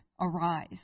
arise